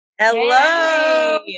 Hello